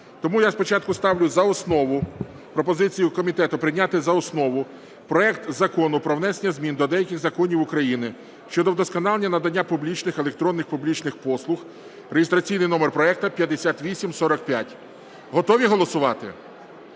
Тому я спочатку ставлю за основу пропозицію комітету прийняти за основу проект Закону про внесення змін до деяких законів України щодо вдосконалення надання публічних (електронних публічних) послуг (реєстраційний номер проекту 5845). Готові голосувати?